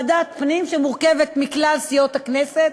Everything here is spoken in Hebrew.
ועדת הפנים, שמורכבת מכלל סיעות הכנסת.